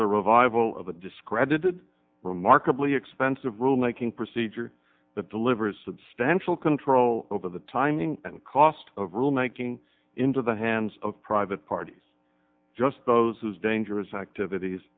revival of the discredited remarkably expensive rule making procedure that delivers substantial control over the timing and cost of rulemaking into the hands of private parties just those whose dangerous activities